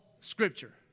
scripture